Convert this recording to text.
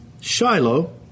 Shiloh